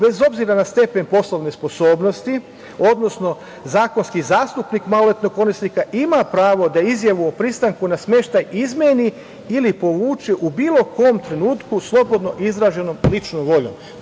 bez obzira na stepen poslovne sposobnosti, odnosno zakonski zastupnik maloletnog korisnika ima pravo da izjavu o pristanku na smeštaj izmeni ili povuče u bilo kom trenutku slobodno izraženom ličnom voljom.“